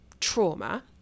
trauma